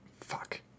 fuck